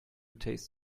taste